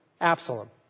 Absalom